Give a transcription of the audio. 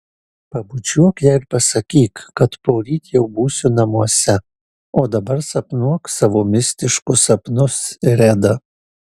pabučiuok ją ir pasakyk kad poryt jau būsiu namuose o dabar sapnuok savo mistiškus sapnus reda